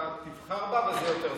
הייתה פסולה,